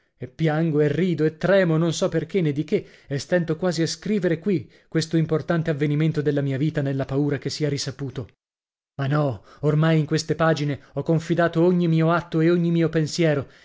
e piango e rido e tremo non so perché né di che e stento quasi a scrivere qui questo importante avvenimento della mia vita nella paura che sia risaputo ma no oramai in queste pagine ho confidato ogni mio atto e ogni mio pensiero